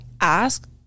ask